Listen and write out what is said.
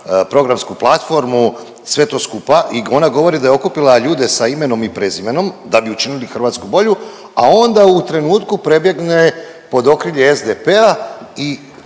programsku platformu, sve to skupa i ona govori da je okupila ljude s imenom i prezimenom da bi učinili Hrvatsku bolju, a onda u trenutku prebjegne pod okrilje SDP-a i